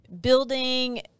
building